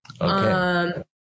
Okay